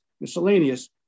miscellaneous